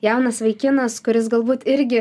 jaunas vaikinas kuris galbūt irgi